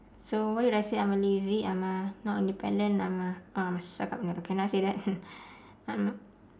so what did I say I'm a lazy I'm a not independent I'm a uh suck up can I say that I'm